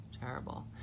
Terrible